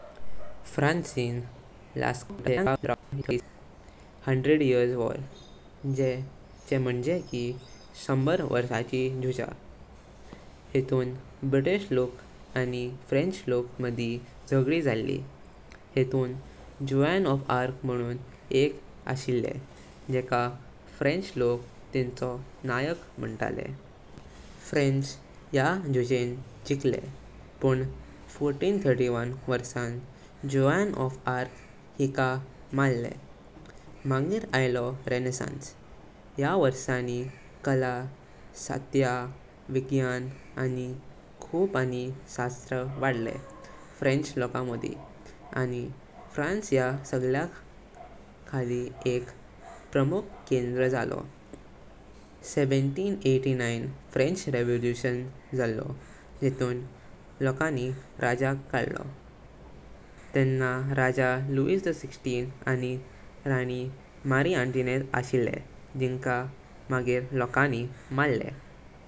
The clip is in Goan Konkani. फ्रासिन लास्कौ गुफा मेवता जे सगळ्यांग आडले पुराव की लोक तेंन्ना रहवातले। पण एक जूजा याद येता तेव्हरे सव संतिस ची 'हंड्रेड इयर्स वार' जेचे मणजे की शांबर वर्षाची जुजा। हितून ब्रिटिश लोकान आनी फ्रेंच लोकान मदी झगडी जाली। हितून जोआन ऑफ आर्क म्हणून एक अशिले जेका फ्रेंच लोक तिचो नायक मणतले। फ्रेंच या जूजेन जिकलें। पण चौदाह सव इकटिस वर्षां जोआन ऑफ आर्क हिका मारले। मगिर आयलो रेनेसांस। या वर्षाणी कला, शातिय, विज्ञान आनी खूप आनी शास्त्र वाडले फ्रेंच लोकां मोदि आनी फ्रांस या सगल्या खाडी एक प्रमुख केंद्र झालो। सत्राह सव नव्वेंशी फ्रेंच रेवलूशन झालो जितून लोकांनी राजाक कडालो। तेंन्ना राजा लुई पंधरह आनी राणी मेरी अंतोईनेट अशिले, जेन्का मगिर लोकांनी मारले।